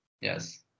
Yes